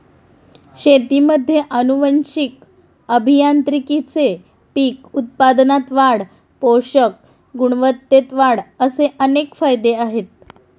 शेतीमध्ये आनुवंशिक अभियांत्रिकीचे पीक उत्पादनात वाढ, पोषक गुणवत्तेत वाढ असे अनेक फायदे आहेत